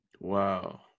wow